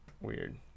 Weird